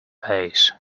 face